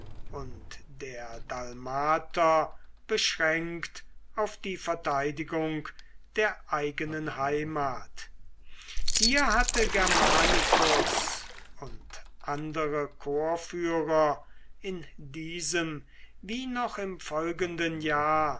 und der dalmater beschränkt auf die verteidigung der eigenen heimat hier hatte germanicus und andere korpsführer in diesem wie noch im folgenden jahr